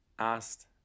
asked